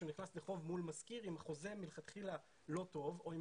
שהוא נכנס לחוב מול משכיר אם החוזה מלכתחילה לא טוב או אם